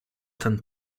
ten